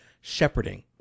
shepherding